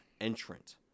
entrant